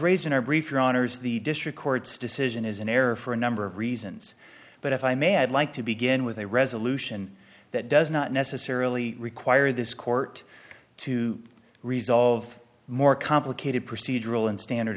raised in our brief your honour's the district court's decision is in error for a number of reasons but if i may i'd like to begin with a resolution that does not necessarily require this court to resolve more complicated procedural and standard